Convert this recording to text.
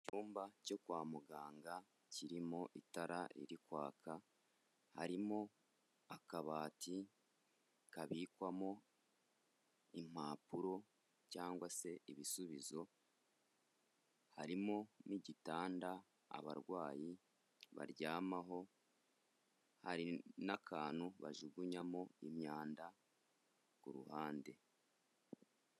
Mu icyumba cyo kwa muganga kiri mu itara riri kwaka, harimo akabati kabikwamo impapuro cyangwa se ibisubizo, harimo n'igitanda abarwayi baryamaho, hari n'akantu bajugunyamo imyanda ku ruhande.